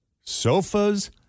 sofas